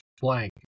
blank